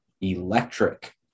electric